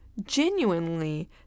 genuinely